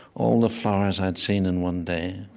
all the flowers i'd seen in one day.